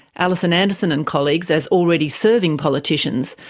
alison anderson and colleagues, as already serving politicians,